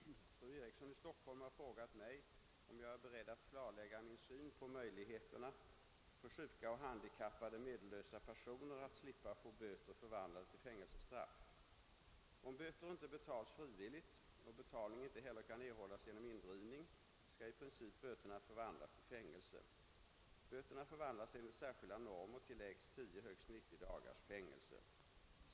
Herr talman! Fru Eriksson i Stockholm har frågat mig om jag är beredd att klarlägga min syn på möjligheterna för sjuka och handikappade medellösa personer att slippa få böter förvandlade till fängelsestraff. Om böter inte betalas frivilligt och betalning inte heller kan erhållas genom indrivning, skall i princip böterna förvandlas till fängelse. Böterna förvandlas enligt särskilda normer till lägst 10 och högst 90 dagars fängelse.